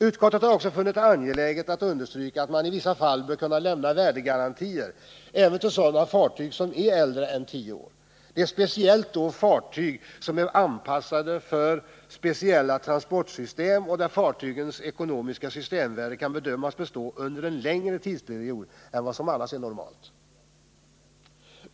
Utskottet har också funnit det angeläget att understryka att man i vissa fall bör kunna lämna värdegarantier även till sådana fartyg som är äldre än tio år. Det gäller då speciellt fartyg som är anpassade för speciella transportsystem och där fartygens ekonomiska systemvärde kan bedömas bestå under en längre tidsperiod än vad som annars är normalt.